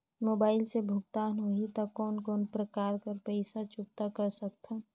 Mobile से भुगतान होहि त कोन कोन प्रकार कर पईसा चुकता कर सकथव?